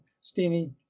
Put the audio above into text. steenie